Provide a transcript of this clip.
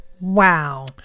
Wow